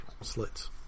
slits